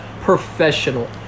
professional